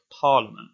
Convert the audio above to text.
Parliament